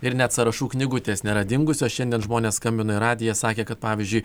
ir net sąrašų knygutės nėra dingusios šiandien žmonės skambino į radiją sakė kad pavyzdžiui